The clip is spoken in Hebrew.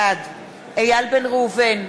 בעד איל בן ראובן,